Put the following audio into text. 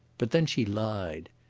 but then she lied.